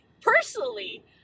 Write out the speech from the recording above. personally